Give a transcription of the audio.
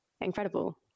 incredible